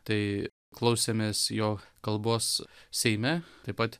tai klausėmės jo kalbos seime taip pat